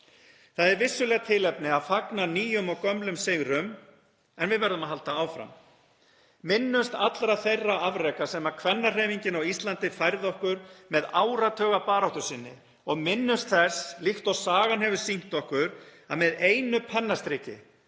Það er vissulega tilefni til að fagna nýjum og gömlum sigrum en við verðum að halda áfram. Minnumst allra þeirra afreka sem kvennahreyfingin á Íslandi færði okkur með áratugabaráttu sinni og minnumst þess, líkt og sagan hefur sýnt okkur, að með einu pennastriki